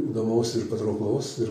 įdomaus ir patrauklaus ir